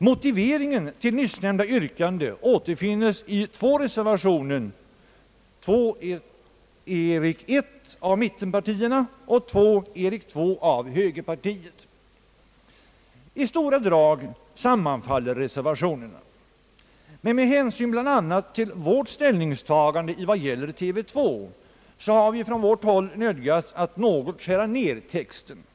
Motiveringen till nyssnämnda yrkande återfinnes i två reservationer, e 1 av mittpartierna och e 2 av högerpartiet, vilka i stora drag sammanfaller med varandra. Vad gäller ställningstagandet till TV 2 har vi från vårt håll nödgats skära ned texten något.